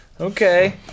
Okay